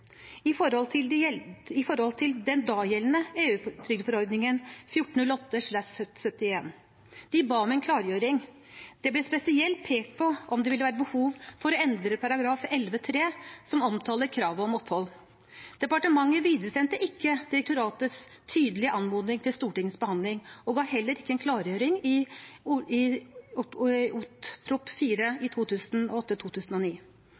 den dagjeldende EU-trygdeforordningen, 1408/71. De ba om en klargjøring. Det ble spesielt pekt på om det ville være behov for å endre § 11-3, som omtaler kravet om opphold. Departementet videresendte ikke direktoratets tydelige anmodning til Stortingets behandling og ga heller ikke en klargjøring i Ot.prp. nr. 4 for 2008–2009. I november 2009 etterlyste også Nav formelle signaler fra departementet om innføringen av endrede regler og fremdriften i